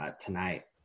Tonight